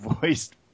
voiced